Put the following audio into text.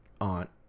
aunt